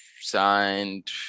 signed